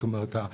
זאת אומרת,